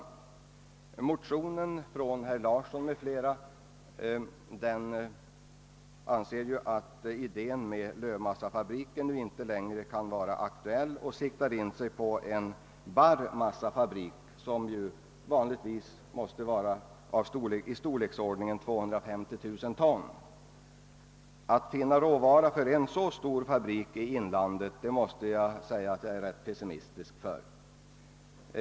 I motionen II: 841 av herr Larsson i Umeå framhålles att lövmassefabriken inte längre kan vara aktuell, och man inriktar sig i stället på en barrmassefabrik som ju vanligtvis måste vara i storleksordningen 250 000 ton. När det gäller att i inlandet finna råvara för en så stor fabrik måste jag säga att jag är rätt pessimistisk.